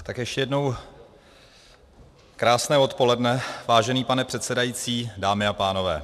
Tak ještě jednou krásné odpoledne, vážený pane předsedající, dámy a pánové.